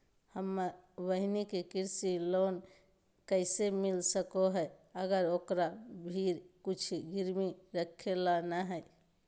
हमर बहिन के कृषि लोन कइसे मिल सको हइ, अगर ओकरा भीर कुछ गिरवी रखे ला नै हइ?